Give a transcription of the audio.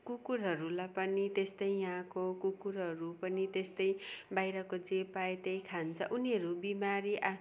कुकुरहरूलाई पनि त्यस्तै यहाँको कुकुरहरू पनि त्यस्तै बाहिरको जे पायो त्यही खान्छ उनीहरू बिमारी आ